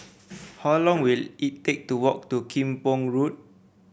how long will it take to walk to Kim Pong Road